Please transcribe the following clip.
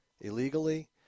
illegally